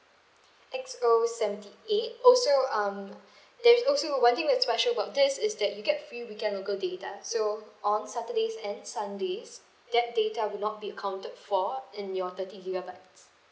X O seventy eight also um there's also one thing that's special about this is that you get free weekend local data so on saturdays and sundays that data will not be accounted for in your thirty gigabytes